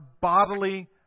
bodily